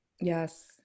Yes